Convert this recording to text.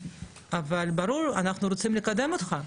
אבל אנחנו רוצים לקדם אותך,